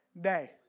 day